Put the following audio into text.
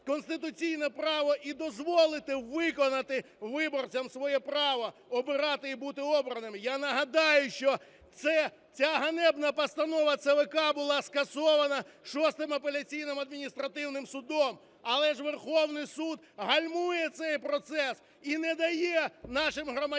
конституційне право і дозволити виконати виборцям своє право обирати і бути обраними. Я нагадаю, що ця ганебна постанова ЦВК була скасована Шостим апеляційним адміністративним судом, але ж Верховний Суд гальмує цей процес і не дає нашим громадянам